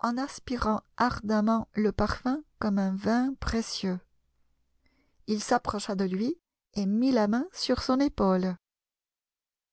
en aspirant ardemment le parfum comme un vin précieux il s'approcha de lui et mit la main sur son épaule